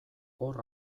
hor